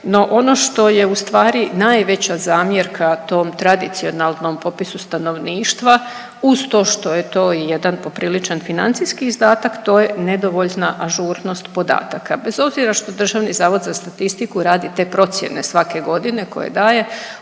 no ono što je ustvari najveća zamjerka tom tradicionalnom popisu stanovništva uz to što je to i jedan popriličan financijski izdatak to je nedovoljna ažurnost podataka. Bez obzira što Državni zavod za statistiku radi te procjene svake godine koje daje